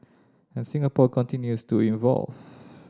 and Singapore continues to evolve